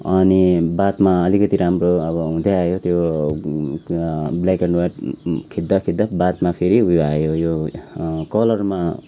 अनि बादमा अलिकति राम्रो अब हुँदै आयो त्यो ब्ल्याक एन्ड व्हाइट खिच्दा खिच्दा बादमा फेरि उयो आयो यो कलरमा